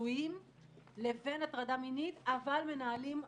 ורצויים לבין הטרדה מינית אבל מנהלים עדיין